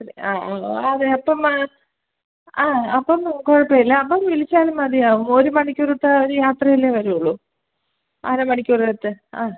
അതെ ആ ആ ഓ അതെ അപ്പം ആ ആ അപ്പം കുഴപ്പമില്ല അപ്പം വിളിച്ചാലും മതിയാവും ഒരു മണിക്കൂറത്തെ ഒരു യാത്രയല്ലെ വരുകയുള്ളൂ അര മണിക്കൂറത്തെ ആ